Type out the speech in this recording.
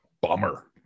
bummer